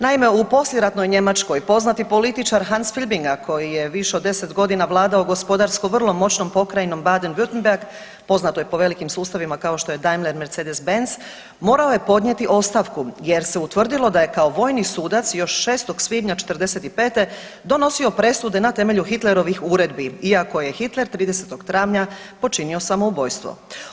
Naime, u poslijeratnoj Njemačkoj poznati političar Hans Filbinger koji je više od 10 godina vladao gospodarsko vrlo moćnom pokrajinom Baden-Württemberg, poznatoj po velikim sustavima kao što je Daimler Mercedes-Benz, morao je podnijeti ostavku jer se utvrdilo da je kao vojni sudac još 6. svibnja '45. donosio presude na temelju Hitlerovih uredbi, iako je Hitler 30. travnja počinio samoubojstvo.